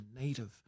native